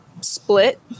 split